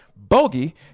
bogey